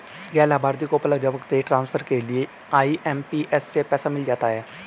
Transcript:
गैर लाभार्थी को पलक झपकते ही ट्रांसफर के लिए आई.एम.पी.एस से पैसा मिल जाता है